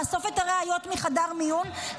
לאסוף את הראיות מחדר מיון,